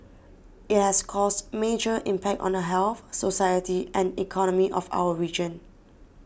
it has caused major impact on the health society and economy of our region